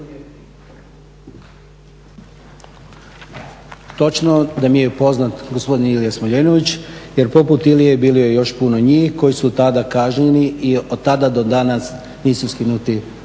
Točno da mi je poznat gospodin Ilija Smoljenović jer poput Ilije bilo je još puno njih koji su tada kažnjeni i od tada do danas nisu skinute te